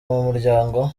mumuryango